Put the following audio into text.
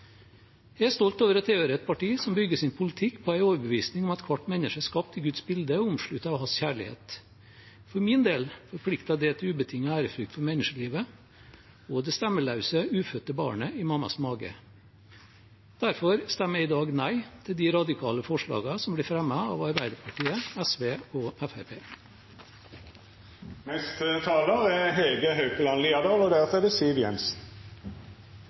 Jeg er stolt over å tilhøre et parti som bygger sin politikk på en overbevisning om at hvert menneske er skapt i Guds bilde og omsluttet av hans kjærlighet. For min del forplikter det til ubetinget ærefrykt for menneskelivet og det stemmeløse ufødte barnet i mammas mage. Derfor stemmer jeg i dag nei til de radikale forslagene som blir fremmet av Arbeiderpartiet, SV og Fremskrittspartiet. Vi kan i dag sende folk til månen. Vi kan i dag operere inn hjerter som er laget i laboratorium. Det